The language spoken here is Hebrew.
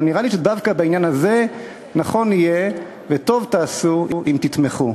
אבל נראה לי שדווקא בעניין הזה נכון יהיה וטוב תעשו אם תתמכו.